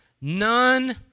None